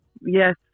yes